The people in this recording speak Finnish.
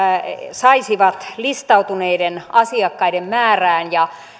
saisivat listautuneiden asiakkaiden määrään ja